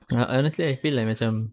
ah honestly I feel like macam